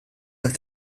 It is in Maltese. tat